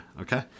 Okay